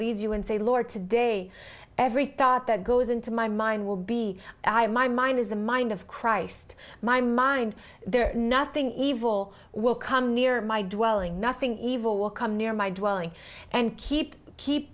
leads you and say lord today every thought that goes into my mind will be my mind is the mind of christ my mind there nothing evil will come near my due welling nothing evil will come near my dwelling and keep keep